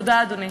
תודה, אדוני.